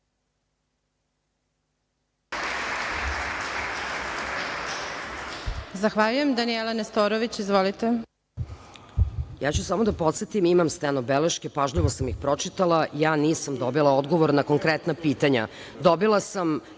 **Danijela Nestorović** Ja ću samo da podsetim, imam steno-beleške, pažljivo sam ih pročitala, ja nisam dobila odgovor na konkretna pitanja. Dobila sam